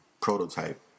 prototype